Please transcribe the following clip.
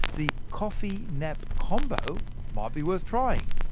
the coffee-nap-combo might be worth trying.